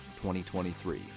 2023